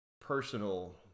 personal